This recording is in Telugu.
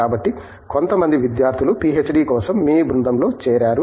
కాబట్టి కొంతమంది విద్యార్థులు పీహెచ్డీ కోసం మీ బృందంలో చేరారు